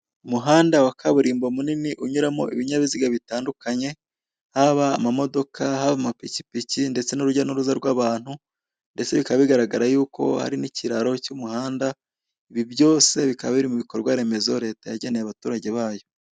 Umuhanda wa kaburimbo munini unyuramo ibinyabiziga bitandukanye, haba amamodoka, haba amapikipiki ndetse n'urujya n'uruza rw'abantu ndetse bikababigaragara yuko hari n'ikiraro cy'umuhanda. Ibi byose bikaba biri mu bikorwaremezo leta yageneye abaturage bayo.